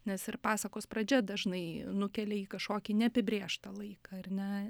nes ir pasakos pradžia dažnai nukelia į kažkokį neapibrėžtą laiką ar ne